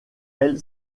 elle